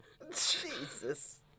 Jesus